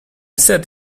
said